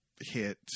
hit